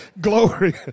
glory